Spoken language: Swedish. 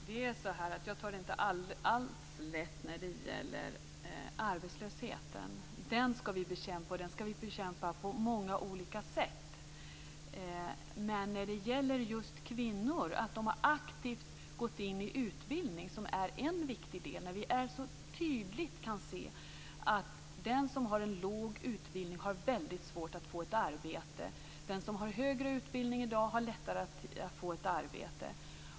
Herr talman! Jag tar inte alls lätt på arbetslösheten. Vi skall bekämpa den på många olika sätt. Men att kvinnor aktivt har gått in i utbildning är ett viktigt faktum. Vi kan tydligt se att den som har en låg utbildning har väldigt svårt att få ett arbete, medan den som har en högre utbildning har lättare att få ett arbete.